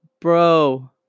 bro